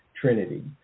trinity